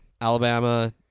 Alabama